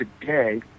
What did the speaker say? today